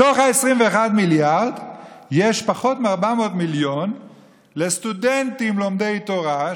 בתוך ה-21 מיליארד יש פחות מ-400 מיליון לסטודנטים לומדי תורה,